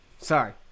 Sorry